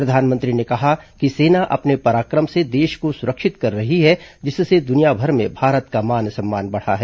प्रधानमंत्री ने कहा कि सेना अपने पराक्रम से देश को सुरक्षित कर रही है जिससे दुनियाभर में भारत का मान सम्मान बढ़ रहा है